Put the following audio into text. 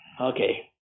Okay